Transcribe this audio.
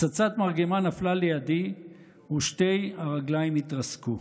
פצצת מרגמה נפלה לידי ושתי הרגליים התרסקו.